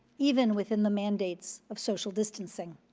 even within the mandates of social distancing.